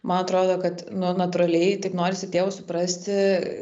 man atrodo kad nu natūraliai taip norisi tėvus suprasti